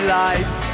life